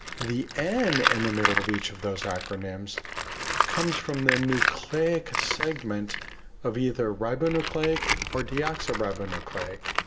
the end in the middle of each of those acronyms comes from the nucleic segment of either ribonucleic or deoxyribonucleic.